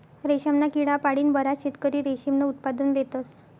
रेशमना किडा पाळीन बराच शेतकरी रेशीमनं उत्पादन लेतस